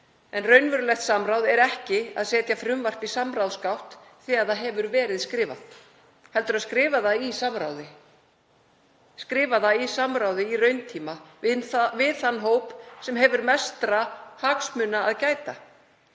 Raunverulegt samráð er ekki að setja frumvarp í samráðsgátt þegar það hefur verið skrifað heldur að skrifa það í samráði í rauntíma við þann hóp sem hefur mestra hagsmuna að gæta.